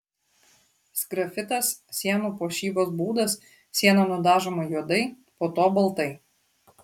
sgrafitas sienų puošybos būdas siena nudažoma juodai po to baltai